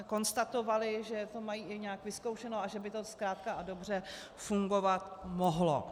Konstatovali, že to mají i nějak vyzkoušeno a že by to zkrátka a dobře fungovat mohlo.